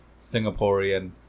singaporean